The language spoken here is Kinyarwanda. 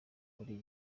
buri